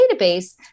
database